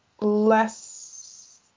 less